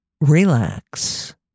relax